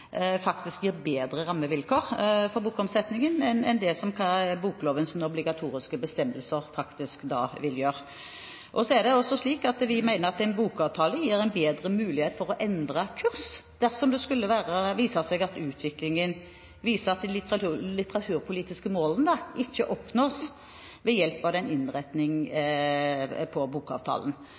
faktisk gir bedre rammevilkår for bokomsetningen enn det boklovens obligatoriske bestemmelser vil gjøre. Så er det også slik at vi mener at en bokavtale gir en bedre mulighet for å endre kurs, dersom det skulle vise seg at de litteraturpolitiske målene ikke oppnås ved hjelp av den innretningen på bokavtalen.